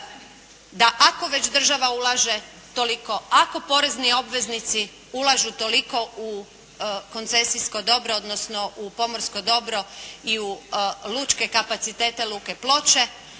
da ako već država ulaže toliko, ako porezni obveznici ulažu toliko u koncesijsko dobro odnosno u pomorsko dobro i u lučke kapacitete Luke Ploče